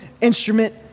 instrument